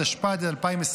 התשפ"ד 2024,